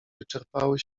wyczerpały